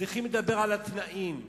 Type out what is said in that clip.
צריך לדבר על התנאים,